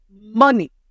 money